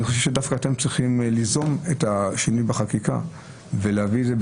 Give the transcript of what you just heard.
אני חושב שדווקא אתם צריכים ליזום את השינוי בחקיקה ולהביא את זה.